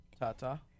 Tata